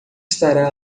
estará